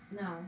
No